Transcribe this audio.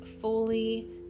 fully